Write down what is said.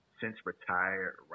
since-retired